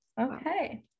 Okay